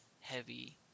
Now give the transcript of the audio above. heavy